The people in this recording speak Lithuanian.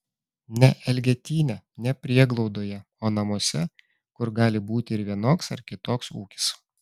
ne elgetyne ne prieglaudoje o namuose kur gali būti ir vienoks ar kitoks ūkis